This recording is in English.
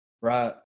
right